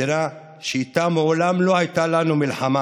מדינה שאיתה מעולם לא הייתה לנו מלחמה,